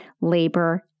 labor